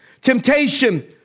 Temptation